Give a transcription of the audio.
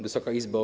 Wysoka Izbo!